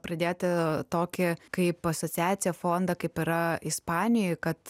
pradėti tokį kaip asociaciją fondą kaip yra ispanijoj kad